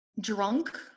drunk